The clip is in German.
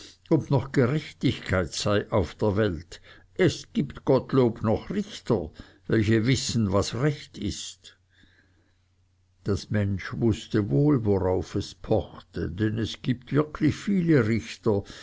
ob noch gerechtigkeit sei auf der welt es gibt gottlob noch richter welche wissen was recht ist das mensch wußte wohl worauf es pochte denn es gibt wirklich viele richter